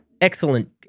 excellent